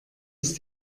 ist